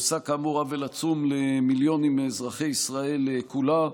עושה כאמור עוול עצום למיליונים מאזרחי ישראל כולה,